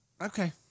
okay